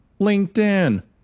LinkedIn